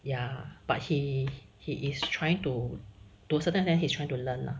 ya but he he is trying to do certain and he's trying to learn lah